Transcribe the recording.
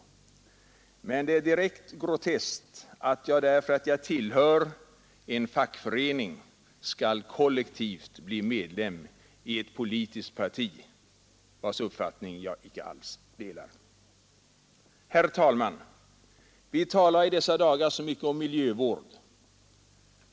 Men det är direkt groteskt att jag därför att jag tillhör en fackförening skall kollektivt bli medlem i ett politiskt parti vars uppfattning jag icke alls delar. Herr talman! Vi talar i dessa dagar så mycket om miljövård.